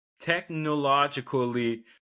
Technologically